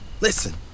Listen